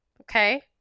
okay